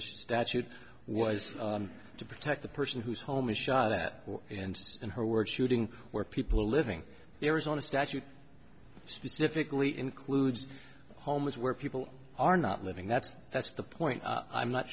this statute was to protect the person who's home is shot at and in her words shooting where people are living there is on a statute specifically includes homes where people are not living that's that's the point i'm not